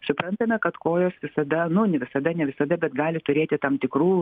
suprantame kad kojos visada nu ne visada ne visada bet gali turėti tam tikrų